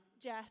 Jess